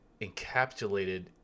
encapsulated